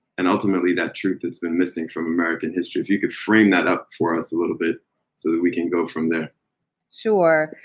and ultimately that truth that's been missing from american history. if you could frame that up for us a little bit so that we can go from there. hannah-jones sure.